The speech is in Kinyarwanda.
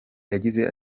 yagize